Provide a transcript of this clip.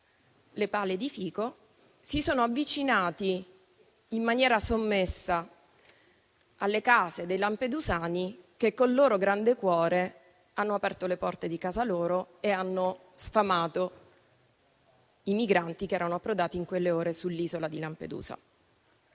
le pale di fico si sono avvicinati sommessamente alle case dei lampedusani, che con il loro grande cuore hanno aperto le porte di casa e sfamato i migranti che erano approdati in quelle ore sull'isola di Lampedusa.